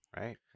Right